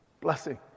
blessing